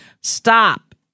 stop